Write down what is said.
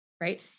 Right